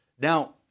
Now